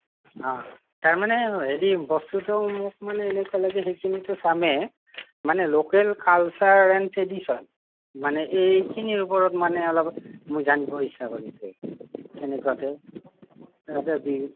অঁ তাৰমানে হেৰি বস্তুটো মোক মানে এনে ক'লে যে সেইখিনিতো চামেই মানে লোকেল কালচাৰ এণ্ড ট্ৰেডিচন মানে এইখিনিৰ ওপৰত মানে অলপ মই জানিব ইচ্ছা কৰিছোঁ তেনেকুৱাকৈ যাতে যি